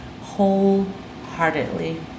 wholeheartedly